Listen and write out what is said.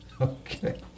Okay